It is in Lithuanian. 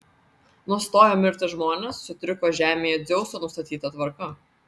nustojo mirti žmonės sutriko žemėje dzeuso nustatyta tvarka